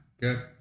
Good